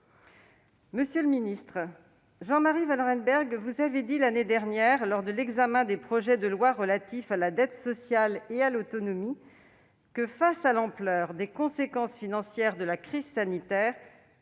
Monsieur le ministre, Jean-Marie Vanlerenberghe vous avait dit l'année dernière, lors de l'examen des projets de loi relatifs à la dette sociale et à l'autonomie, que, face à l'ampleur des conséquences financières de la crise sanitaire,